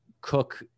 cook